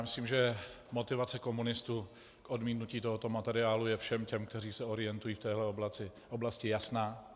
Myslím, že motivace komunistů k odmítnutí tohoto materiálu je všem těm, kteří se orientují v téhle oblasti, jasná.